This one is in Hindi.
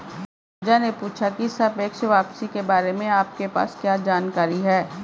पूजा ने पूछा की सापेक्ष वापसी के बारे में आपके पास क्या जानकारी है?